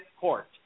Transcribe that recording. court